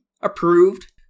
Approved